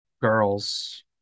girls